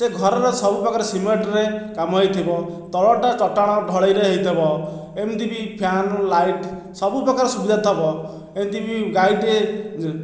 ସେ ଘରର ସବୁ ପାଖରେ ସିମେଣ୍ଟରେ କାମ ହୋଇଥିବ ତଳଟା ଚଟାଣ ଢଳେଇରେ ହୋଇଥିବ ଏମିତିବି ଫ୍ୟାନ୍ ଲାଇଟ୍ ସବୁ ପ୍ରକାର ସୁବିଧା ଥିବ ଏମିତିବି ଗାଈଟିଏ ଯେ